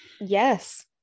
Yes